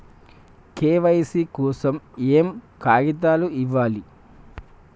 KYC కోసం ఏయే కాగితాలు ఇవ్వాలి?